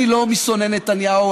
אני לא משונאי נתניהו,